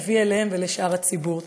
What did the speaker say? נביא אליהם ולשאר הציבור.